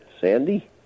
Sandy